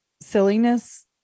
silliness